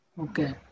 Okay